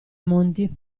monti